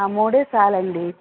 ఆ మూడే చాలండి